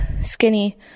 skinny